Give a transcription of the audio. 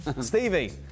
Stevie